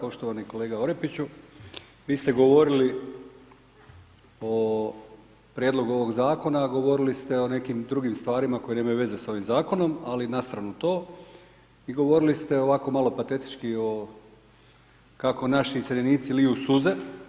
Poštovani kolega Orepiću, vi ste govorili o prijedlogu ovog Zakona, a govorili ste o nekim drugim stvarima koji nemaju veze sa ovim Zakonom, ali nastranu to, i govorili ste ovako malo patetički o, kako naši iseljenici liju suze.